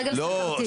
רגל סוכרתית,